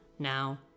now